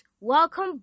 Welcome